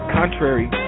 contrary